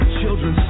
children